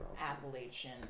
Appalachian